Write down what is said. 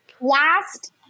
Last